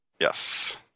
Yes